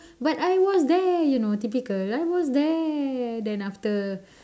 but I was there you know typical I was there then after